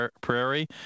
Prairie